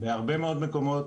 בהרבה מאוד מקומות,